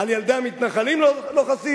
על ילדי המתנחלים לא חסים,